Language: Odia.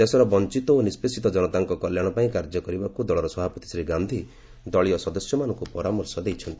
ଦେଶର ବଂଚିତ ଓ ନିଷ୍ପେସିତ ଜନତାଙ୍କ କଲ୍ୟାଣ ପାଇଁ କାର୍ଯ୍ୟ କରିବାକୁ ଦଳର ସଭାପତି ଶ୍ରୀ ଗାନ୍ଧୀ ଦଳୀୟ ସଦସ୍ୟମାନଙ୍କୁ ପରାମର୍ଶ ଦେଇଛନ୍ତି